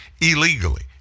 illegally